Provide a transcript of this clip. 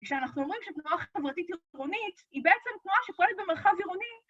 כשאנחנו אומרים שתנועה חברתית עירונית היא בעצם תנועה שפועלת במרחב עירוני